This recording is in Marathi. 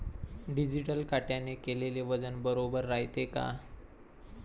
डिजिटल काट्याने केलेल वजन बरोबर रायते का?